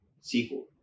sequel